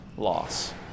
Loss